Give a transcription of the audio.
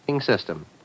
system